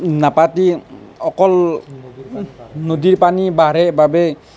নাপাতি অকল নদীৰ পানী বাঢ়ে বাবে